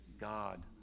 God